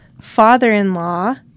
father-in-law